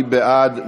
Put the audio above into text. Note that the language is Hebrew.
מי בעד?